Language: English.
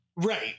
Right